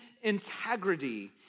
integrity